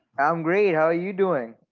i'm great. how are you doing?